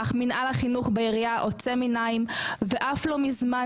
אך מינהל החינוך בעירייה עוצם עיניים ואף לא מזמן